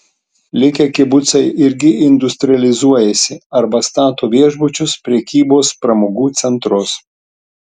likę kibucai irgi industrializuojasi arba stato viešbučius prekybos pramogų centrus